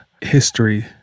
history